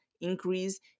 increase